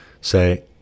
say